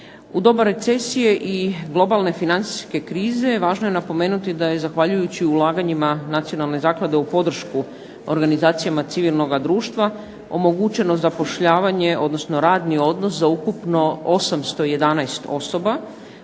U doba recesije i globalne financijske krize važno je napomenuti da je zahvaljujući ulaganjima nacionalne zaklade u podršku organizacijama civilnoga društva omogućeno zapošljavanje, odnosno radni odnos za ukupno 811 osoba,